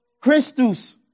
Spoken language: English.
Christus